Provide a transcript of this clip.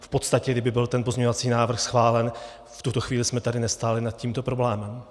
V podstatě, kdyby byl ten pozměňovací návrh schválen, v tuto chvíli jsme tady nestáli nad tímto problémem.